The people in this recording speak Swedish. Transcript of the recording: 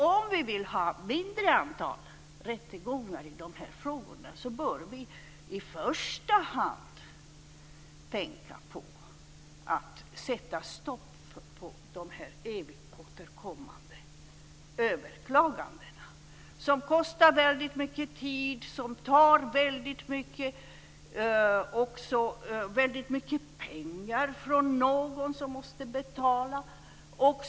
Om vi vill ha ett mindre antal rättegångar i de här frågorna bör vi alltså i första hand tänka på att sätta stopp för de här evigt återkommande överklagandena. De kostar väldigt mycket tid. De tar väldigt mycket pengar från någon som måste betala.